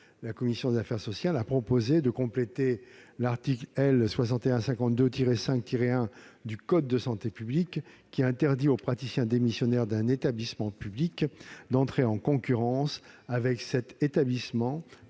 la commission des affaires sociales a proposé de compléter l'article L. 6152-5-1 du code de la santé publique, qui interdit aux praticiens démissionnaires d'un établissement public d'entrer en concurrence avec cet établissement